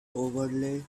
overlay